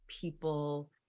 people